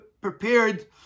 prepared